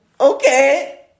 okay